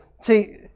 see